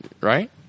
right